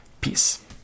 peace